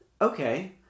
okay